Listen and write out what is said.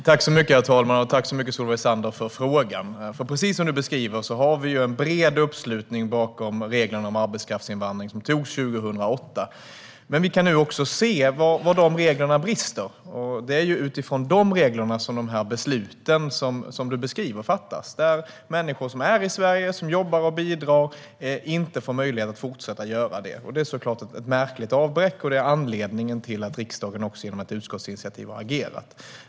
Herr talman! Jag tackar Solveig Zander så mycket för frågan. Precis som hon beskriver har vi en bred uppslutning bakom reglerna om arbetskraftsinvandring, som antogs 2008. Men vi kan nu också se var reglerna brister. Det är utifrån de reglerna som de beslut som hon beskriver fattas. Människor i Sverige som jobbar och bidrar får inte möjlighet att fortsätta göra det. Det är såklart ett märkligt avbräck, och det är anledningen till att riksdagen agerat genom ett utskottsinitiativ.